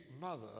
mother